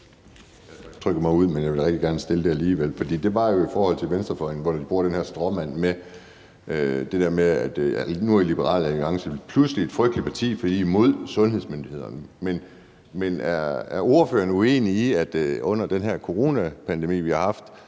trykket mig ud, men jeg vil rigtig gerne stille det alligevel. Det er i forhold til venstrefløjen, som bruger den her stråmand med, at nu er Liberal Alliance pludselig et frygteligt parti, fordi de er imod sundhedsmyndighederne. Men er ordføreren uenig i, at Folketinget under den her coronapandemi, vi har haft